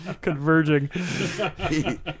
Converging